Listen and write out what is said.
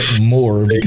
more